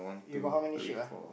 you got how many ship ah